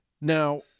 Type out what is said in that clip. Now